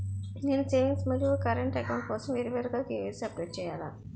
నేను సేవింగ్స్ మరియు current account కోసం వేరువేరుగా కే.వై.సీ అప్డేట్ చేయాలా?